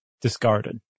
discarded